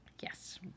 Yes